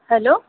hello